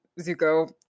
Zuko